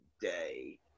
day